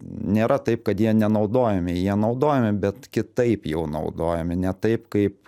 nėra taip kad jie nenaudojami jie naudojami bet kitaip jau naudojami ne taip kaip